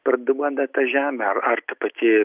perduoda tą žemę ar ar ta pati